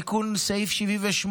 תיקון סעיף 78